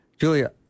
Julia